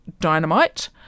Dynamite